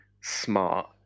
smart